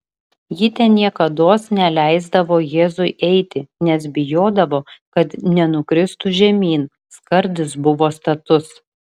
ji ten niekados neleisdavo jėzui eiti nes bijodavo kad nenukristų žemyn skardis buvo status